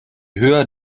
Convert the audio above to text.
höher